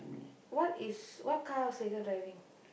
what is what car Sekar driving